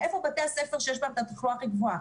איפה בתי הספר שיש בהם את התחלואה הכי גבוהה.